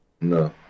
No